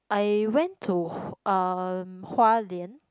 I went to uh Hua-Lian